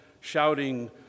shouting